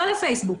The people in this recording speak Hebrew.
לא לפייסבוק,